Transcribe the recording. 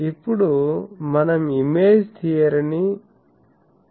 ఇప్పుడు మనం ఇమేజ్ థియరీని పరంగా చూద్దాము